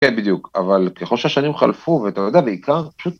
כן, בדיוק. אבל ככל שהשנים חלפו, ואתה יודע, בעיקר פשוט...